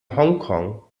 hongkong